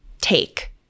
take